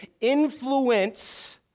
influence